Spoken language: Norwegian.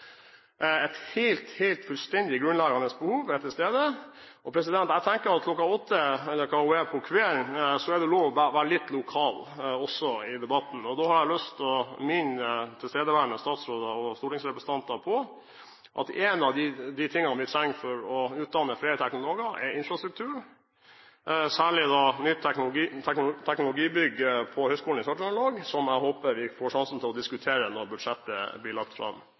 et løft for teknologiutdanningen i Norge. Det er et helt grunnleggende behov til stede. Jeg tenker at kl. 21, eller hva det er, på kvelden er det lov å være litt lokal også i debatten. Og da har jeg lyst til å minne tilstedeværende statsråder og stortingsrepresentanter om at en av de tingene vi trenger for å utdanne flere teknologer, er infrastruktur, særlig nytt teknologibygg på Høgskolen i Sør-Trøndelag, som jeg håper vi får sjansen til å diskutere når budsjettet blir lagt fram.